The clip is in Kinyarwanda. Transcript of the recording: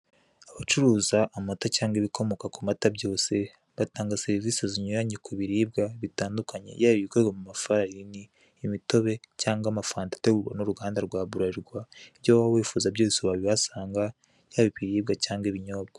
Abacuruza amata cyangwa ibikomoka ku mata byose batanga serivise zinyuranye ku biribwa binyuranye yaba ibikorwa mu mafarine, imitobe cyangwa amafanta ategurwa n'uruganda rwa burarirwa, ibyo waba wifuza byose wabihasanga yaba ibiribwa cyangwa ibinyobwa.